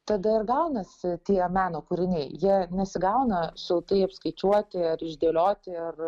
tada ir gaunasi tie meno kūriniai jie nesigauna šaltai apskaičiuoti ar išdėlioti ar